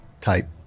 type